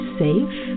safe